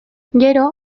gero